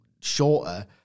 shorter